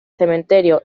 cementerio